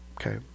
Okay